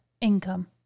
Income